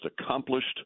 accomplished